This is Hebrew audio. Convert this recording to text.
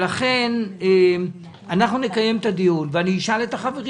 לכן אנחנו נקיים את הדיון, ואני אשאל את החברים.